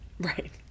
Right